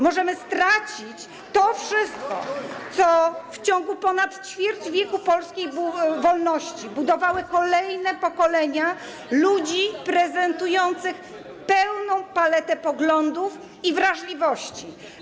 Możemy stracić to wszystko, co w ciągu ponad ćwierć wieku polskiej wolności budowały kolejne pokolenia ludzi prezentujących pełną paletę poglądów i wrażliwości.